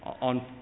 on